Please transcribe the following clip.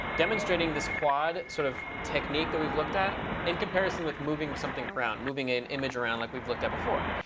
demonstrating this quad sort of technique that we've looked at in comparison with moving something around, moving an image around like we've looked at before.